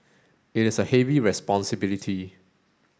it is a heavy responsibility